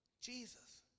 Jesus